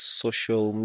social